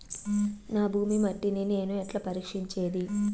నా భూమి మట్టిని నేను ఎట్లా పరీక్షించేది?